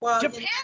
Japan